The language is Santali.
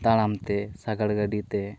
ᱛᱟᱲᱟᱢᱛᱮ ᱥᱟᱜᱟᱲ ᱜᱟᱹᱰᱤᱛᱮ